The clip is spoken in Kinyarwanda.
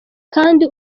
kandi